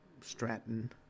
Stratton